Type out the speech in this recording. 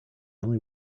only